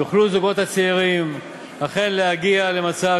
יוכלו הזוגות הצעירים אכן להגיע למצב